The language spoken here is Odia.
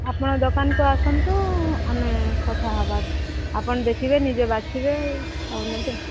ଆପଣ ଦୋକାନକୁ ଆସନ୍ତୁ ଆମେ କଥା ହେବା ଆପଣ ଦେଖିବେ ନିଜେ ବାଛିବେ ଆଉ ନେବେ